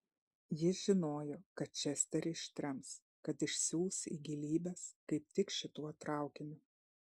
jis žinojo kad česterį ištrems kad išsiųs į gilybes kaip tik šituo traukiniu